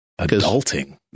Adulting